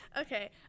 Okay